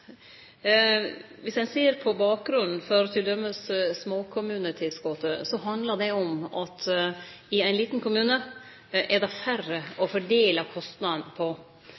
ein ser på bakgrunnen for t.d. småkommunetilskotet, handlar det om at i ein liten kommune er det færre å fordele kostnaden på,